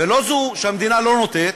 ולא רק שהמדינה לא נותנת,